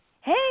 Hey